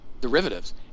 derivatives